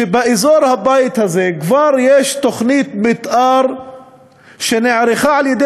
שבאזור הבית הזה כבר יש תוכנית מתאר שנערכה על-ידי